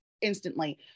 instantly